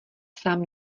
sám